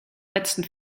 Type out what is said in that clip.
letzten